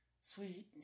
Sweet